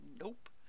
Nope